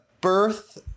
birth